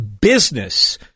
business